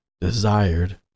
desired